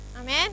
Amen